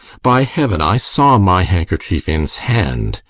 by heaven, i saw my handkerchief in hand.